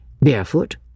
barefoot